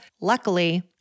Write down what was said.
Luckily